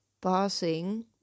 passing